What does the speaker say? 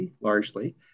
largely